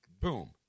Boom